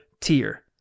tier